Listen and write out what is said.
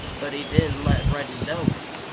but he didn't let reddy know it.